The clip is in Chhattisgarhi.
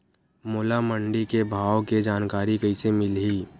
मोला मंडी के भाव के जानकारी कइसे मिलही?